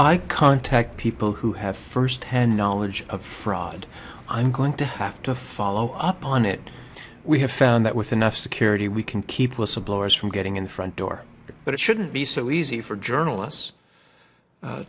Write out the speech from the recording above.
i contact people who have firsthand knowledge of fraud i'm going to have to follow up on it we have found that with enough security we can keep whistleblowers from getting in the front door but it shouldn't be so easy for journalists